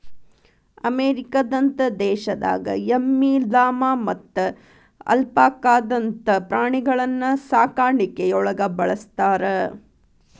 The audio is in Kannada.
ಅಮೇರಿಕದಂತ ದೇಶದಾಗ ಎಮ್ಮಿ, ಲಾಮಾ ಮತ್ತ ಅಲ್ಪಾಕಾದಂತ ಪ್ರಾಣಿಗಳನ್ನ ಸಾಕಾಣಿಕೆಯೊಳಗ ಬಳಸ್ತಾರ